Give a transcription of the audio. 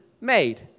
made